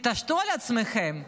תתעשתו על עצמכם.